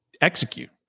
execute